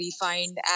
refined